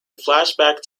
flashback